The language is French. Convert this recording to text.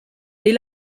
est